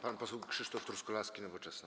Pan poseł Krzysztof Truskolaski, Nowoczesna.